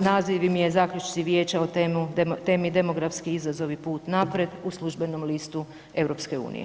naziv im je „Zaključci vijeća o temi demografski izazov i put naprijed“ u Služenom listu EU.